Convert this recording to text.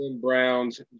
Browns